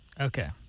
Okay